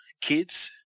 kids